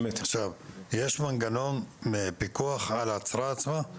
יש מנגנון פיקוח על ההצהרה עצמה?